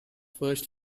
first